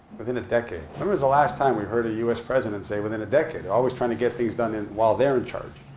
within a decade. when was the last time we heard a us president say within a decade? they're always trying to get things done while they're in charge.